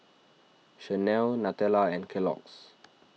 Chanel Nutella and Kellogg's